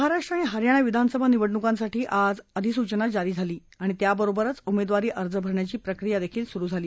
महाराष्ट्र आणि हरयाणा विधानसभा निवडणुकांसाठी आज अधिसूचना जारी झाली आणि त्याबरोबरच उमेदवारी अर्ज भरण्याची प्रक्रियाही सुरु होईल